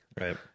right